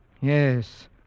Yes